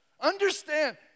Understand